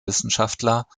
wissenschaftler